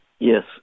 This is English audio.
Yes